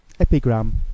Epigram